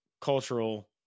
cultural